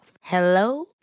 Hello